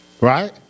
Right